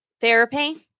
therapy